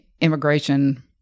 immigration